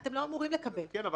כן,